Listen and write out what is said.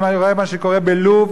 אני רואה מה שקורה בלוב.